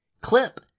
clip